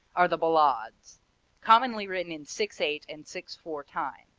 are the ballades commonly written in six-eight and six-four time.